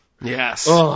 Yes